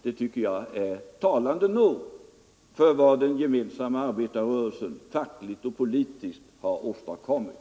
Det tycker jag är ett talande bevis för vad den gemensamma arbetarrörelsen fackligt och politiskt har åstadkommit.